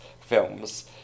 films